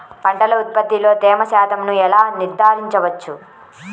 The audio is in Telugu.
పంటల ఉత్పత్తిలో తేమ శాతంను ఎలా నిర్ధారించవచ్చు?